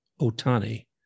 Otani